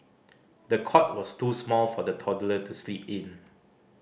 the cot was too small for the toddler to sleep in